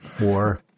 war